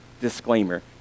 disclaimer